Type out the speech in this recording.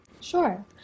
Sure